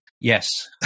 Yes